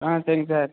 ஆ சரி சார்